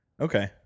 Okay